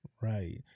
right